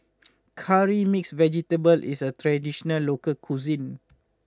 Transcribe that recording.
Curry Mixed Vegetable is a traditional local cuisine